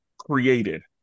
Created